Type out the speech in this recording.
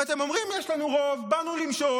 אם אתם אומרים: יש לנו רוב, באנו למשול,